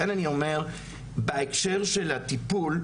לכן אני אומר בהקשר של הטיפול,